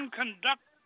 conduct